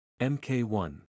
MK1